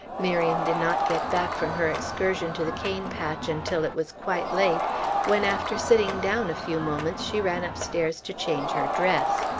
miriam did not get back from her excursion to the cane-patch until it was quite late when after sitting down a few moments, she ran upstairs to change her dress.